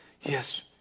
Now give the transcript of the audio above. Yes